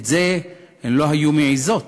את זה הן לא היו מעזות